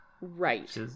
right